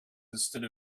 instead